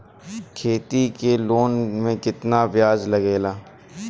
खेती के लोन में कितना ब्याज लगेला?